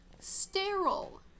sterile